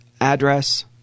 address